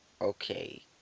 okay